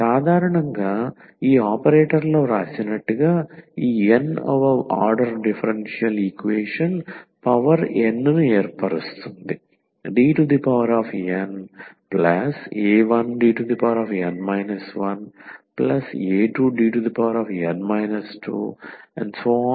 సాధారణంగా ఈ ఆపరేటర్లో వ్రాసినట్లుగా ఈ n వ order differential equation power n ను ఏర్పరుస్తుంది Dna1Dn 1a2Dn 2anyX